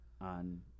on